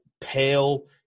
pale